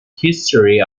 history